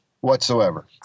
whatsoever